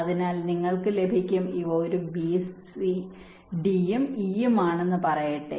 അതിനാൽ നിങ്ങൾക്ക് ലഭിക്കും ഇവ ഒരു ബി സി ഡിയും ഇയുമാണെന്ന് പറയട്ടെ